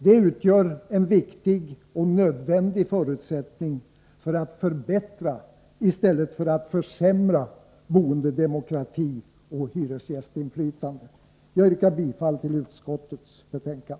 Det utgör en viktig och nödvändig förutsättning för att förbättra i stället för att försämra boendedemokrati och hyresgästinflytande! Jag yrkar bifall till utskottets hemställan.